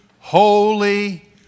Holy